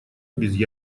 без